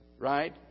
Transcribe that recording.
right